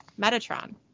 Metatron